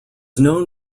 known